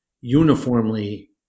uniformly